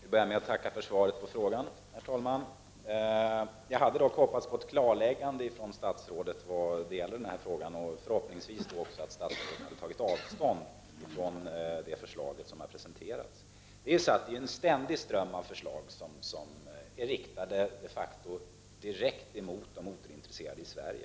Herr talman! Jag börjar med att tacka för svaret på frågan. Jag hade dock hoppats på ett klarläggande av statsrådet i denna fråga och på ett avståndstagande från det förslag som presenterats. Det förekommer en ständig ström av förslag som de facto är riktade direkt mot de motorintresserade i Sverige.